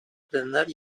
edenler